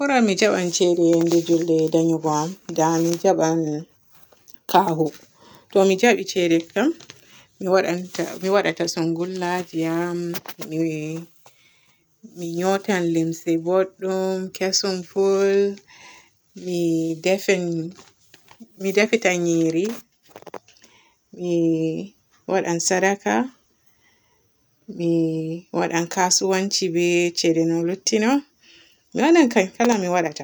Buran ceede yende julde e yende ndayugo am dan mi jaaban kaahu. To mi njaabi ceede kam mi waadan ta- mi waadan sugullaji am. Mi-mi nyotan limse bodɗum, kesum pol, mi defen mi defita nyiri, mii waadan sadaka, mi waadan kasuwanci be ceede mi lutti no, mi waadai kai kala mi waaday.